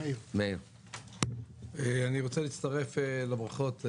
אני רוצה להצטרף לברכות,